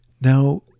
Now